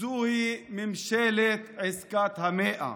זוהי ממשלת עסקת המאה,